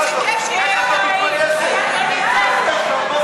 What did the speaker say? איך את לא מתביישת?